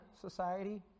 society